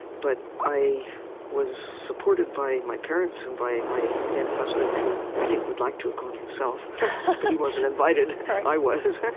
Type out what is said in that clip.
but i was supported by my parents and by my then-husband, who i think would like to have gone himself, but he wasn't invited i was.